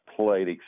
played